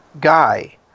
guy